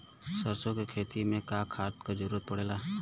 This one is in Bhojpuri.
सरसो के खेती में का खाद क जरूरत पड़ेला?